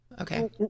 Okay